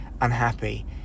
unhappy